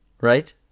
right